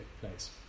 place